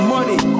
Money